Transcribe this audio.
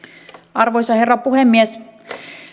arvoisa herra puhemies